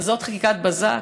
אז זאת חקיקת בזק?